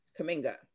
Kaminga